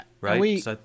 Right